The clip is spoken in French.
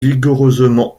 vigoureusement